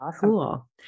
Cool